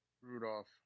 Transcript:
Rudolph